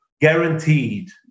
guaranteed